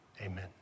Amen